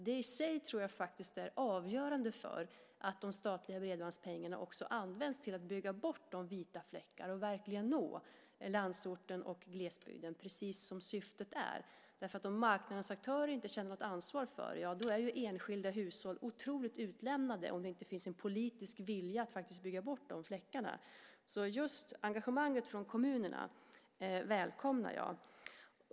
Det i sig tror jag är avgörande för att de statliga bredbandspengarna också används till att bygga bort vita fläckar och verkligen nå landsorten och glesbygden, precis som syftet är. Om marknadens aktörer inte känner något ansvar är enskilda hushåll otroligt utlämnade om det inte finns en politisk vilja att bygga bort fläckarna. Jag välkomnar alltså engagemanget från kommunerna.